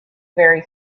very